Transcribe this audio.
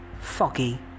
Foggy –